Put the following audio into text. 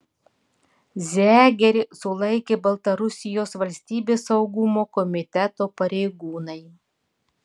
zegerį sulaikė baltarusijos valstybės saugumo komiteto pareigūnai